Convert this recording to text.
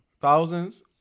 Thousands